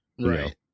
Right